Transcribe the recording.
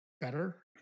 better